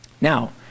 Now